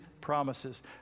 promises